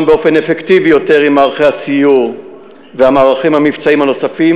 באופן אפקטיבי יותר במערכי הסיור והמערכים המבצעיים הנוספים,